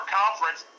conference